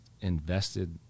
invested